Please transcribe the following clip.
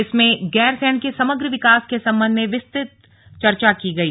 इसमें गैरसैंण के समग्र विकास के संबंध में विस्तुत चर्चा की गई